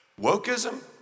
wokeism